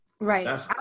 Right